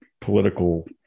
political